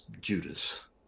Judas